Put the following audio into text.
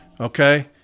Okay